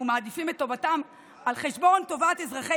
ומעדיפים את טובתם על חשבון טובת אזרחי